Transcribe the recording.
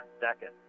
second